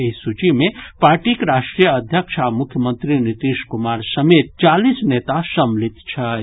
एहि सूची मे पार्टीक राष्ट्रीय अध्यक्ष आ मुख्यमंत्री नीतीश कुमार समेत चालीस नेता सम्मिलित छथि